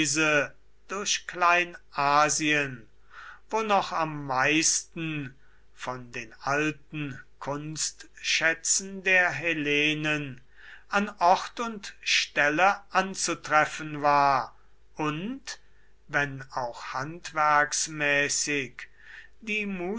durch kleinasien wo noch am meisten von den alten kunstschätzen der hellenen an ort und stelle anzutreffen war und wenn auch handwerksmäßig die